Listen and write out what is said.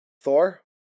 Thor